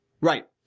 Right